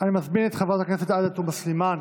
אני מזמין את חברת הכנסת עאידה תומא סלימאן